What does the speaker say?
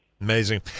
Amazing